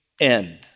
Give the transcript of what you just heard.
end